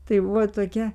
tai buvo tokia